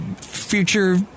future